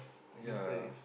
yea